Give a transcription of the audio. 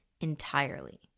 entirely